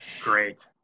Great